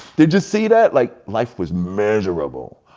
did you see that? like life was miserable,